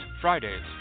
Fridays